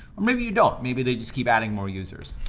or maybe you don't, maybe they just keep adding more users.